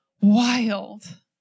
Wild